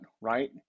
right